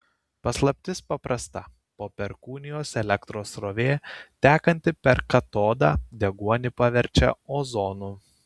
paslaptis paprasta po perkūnijos elektros srovė tekanti per katodą deguonį paverčia ozonu